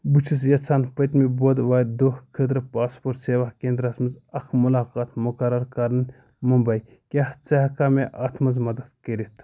بہٕ چھُس یژھان پٔتمہ بۄدوارِ دۄہ خٲطرٕ پاسپورٹ سیوا کیندراہس منٛز اکھ ملاقات مقرر کرٕنۍ ممبی کیٛاہ ژٕ ہٮ۪ککھا مےٚ اتھ منٛز مدد کٔرتھ